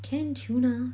canned tuna